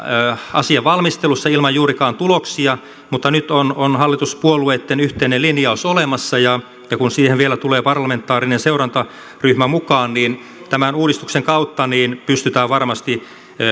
asian valmistelussa ilman juurikaan tuloksia mutta nyt on on hallituspuolueitten yhteinen linjaus olemassa ja kun siihen vielä tulee parlamentaarinen seurantaryhmä mukaan tämän uudistuksen kautta niin pystytään varmasti